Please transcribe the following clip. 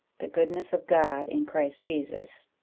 the goodness of god in christ jesus,